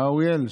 אה, אוריאל?